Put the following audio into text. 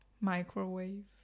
microwave